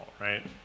right